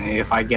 if i